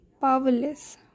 powerless